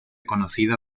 conocida